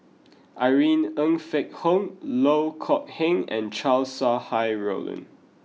Irene Ng Phek Hoong Loh Kok Heng and Chow Sau Hai Roland